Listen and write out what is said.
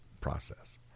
process